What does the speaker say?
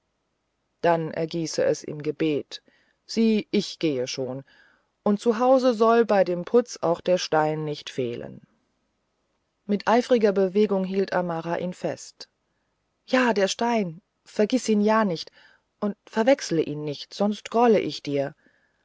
dann ergieße es im gebet sieh ich gehe schon und zu hause soll bei dem putz auch der stein nicht fehlen mit eifriger bewegung hielt amara ihn fest ja der stein vergiß ihn ja nicht und verwechsle ihn nicht sonst grolle ich dir